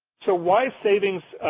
so why is savings,